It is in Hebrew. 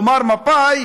כלומר מפא"י,